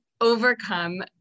overcome